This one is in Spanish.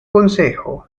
consejo